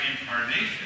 incarnation